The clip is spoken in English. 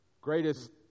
greatest